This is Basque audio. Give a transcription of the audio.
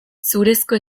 zurezko